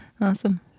Awesome